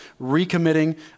recommitting